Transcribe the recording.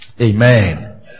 Amen